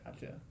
Gotcha